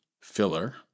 filler